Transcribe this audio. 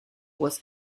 was